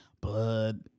blood